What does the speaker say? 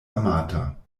amata